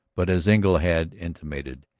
but, as engle had intimated,